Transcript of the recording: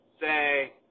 say